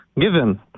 given